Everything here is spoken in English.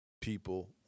people